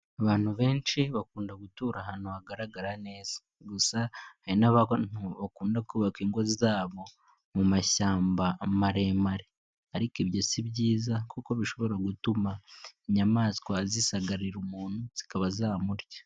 Abantu benshi bakunda gutura ahantu hagaragara neza gusa hari bakunda kubaka ingo zabo mu mashyamba maremare. Ariko ibyo si byiza kuko bishobora gutuma inyamaswa zisagarira umuntu zikaba zamurya.